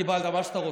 קיבלת, מה שאתה רוצה.